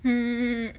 mm